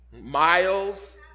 Miles